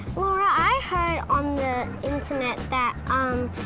laura i heard on the internet that um,